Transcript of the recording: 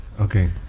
Okay